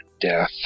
death